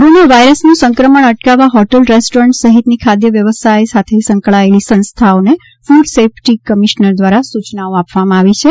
hotel corona corona virus નું સંક્રમણ અટકાવવા હોટેલ રેસ્ટોરેન્ટ સહિતની ખાદ્ય વ્યવસાય સાથે સંકળાયેલી સંસ્થાઓને ફ્રડ સેફ્ટી કમિશનર દ્વારા સૂચનાઓ આપવામાં આવી છે